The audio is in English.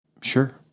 Sure